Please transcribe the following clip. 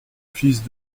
fils